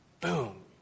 Boom